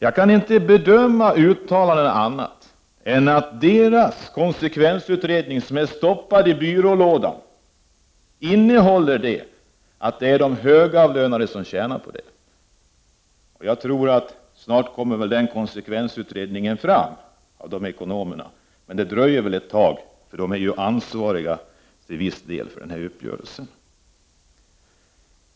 Jag kan inte bedöma deras uttalanden på annat sätt än att deras konsekvensutredning som har stoppats i byrålådan innehåller klarlägganden om att det är de högavlönade som tjänar på förslaget. Jag tror den konsekvensutredningen snart kommer att plockas fram av ekonomerna. Men det dröjer väl ett tag, för de är ju till viss del ansvariga för den här uppgörelsen.